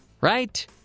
right